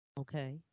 okay